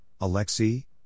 Alexei